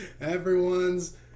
everyone's